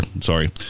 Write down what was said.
Sorry